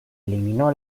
eliminó